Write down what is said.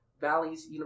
Valley's